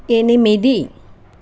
ఎనిమిది